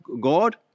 god